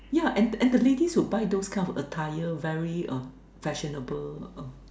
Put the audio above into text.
yeah and and the ladies could buy those kind of attire very uh fashionable uh